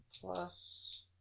plus